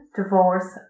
divorce